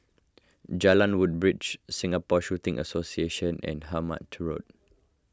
Jalan Woodbridge Singapore Shooting Association and Hemmant Road